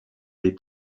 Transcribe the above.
des